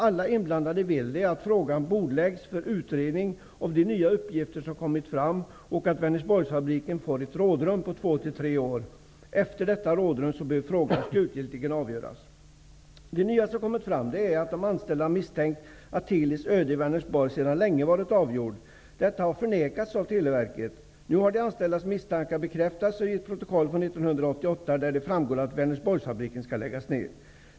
Alla inblandade vill att frågan bordläggs för utredning av de nya uppgifter som har kommit fram och att Vänersborgsfabriken får ett rådrum på två till tre år. Efter detta rådrum bör frågan slutligen avgöras. Det nya som har kommit fram är att de anställda har misstänkt att Teli:s öde i Vänersborg har varit avgjort sedan länge. Detta har förnekats av Televerket. Nu har de anställdas misstankar bekräftats av ett protokoll från 1988. Där framgår det att Vänersborgsfabriken skall läggas ned.